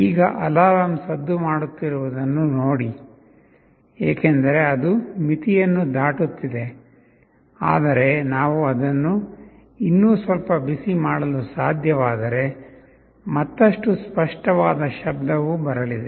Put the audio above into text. ಈಗ ಅಲಾರಾಂ ಸದ್ದು ಮಾಡುತ್ತಿರುವುದನ್ನು ನೋಡಿ ಏಕೆಂದರೆ ಅದು ಮಿತಿಯನ್ನು ದಾಟುತ್ತಿದೆ ಆದರೆ ನಾವು ಅದನ್ನು ಇನ್ನೂ ಸ್ವಲ್ಪ ಬಿಸಿಮಾಡಲು ಸಾಧ್ಯವಾದರೆ ಮತ್ತಷ್ಟು ಸ್ಪಷ್ಟವಾದ ಶಬ್ದವು ಬರಲಿದೆ